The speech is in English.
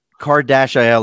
Kardashian